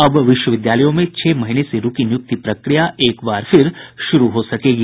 अब विश्वविद्यालयों में छह महीने से रूकी नियुक्ति प्रक्रिया एक बार फिर शुरू हो सकेगी